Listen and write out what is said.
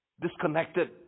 disconnected